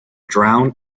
drown